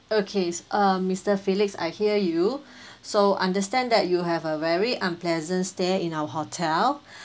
okay s~ uh mister felix I hear you so understand that you have a very unpleasant stay in our hotel